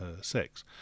sex